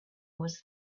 was